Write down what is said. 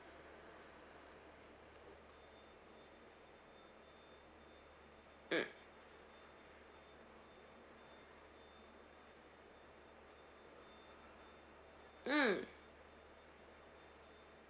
mm mm